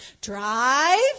drive